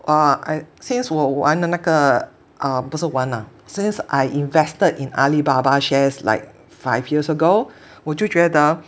uh I since 我玩的那个 err 不是玩啦 since I invested in Alibaba shares like five years ago 我就觉得